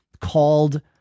called